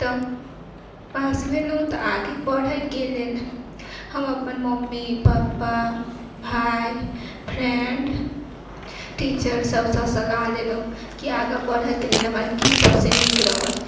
तऽ पास भेलहुँ तऽ आगे पढ़ैके लेल हम अप्पन मम्मी पापा भाय फ्रेंड टीचर सबसँ सलाह लेलहुँ की आगा पढ़ैके लेल हमरा की सबसँ नीक रहत